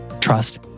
Trust